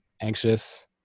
anxious